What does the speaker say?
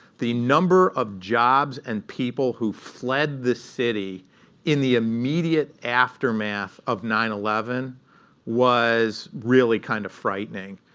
the number of jobs and people who fled the city in the immediate aftermath of nine eleven was really kind of frightening.